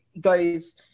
goes